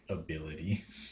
abilities